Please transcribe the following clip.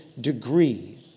degree